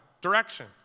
Direction